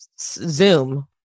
Zoom